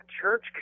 church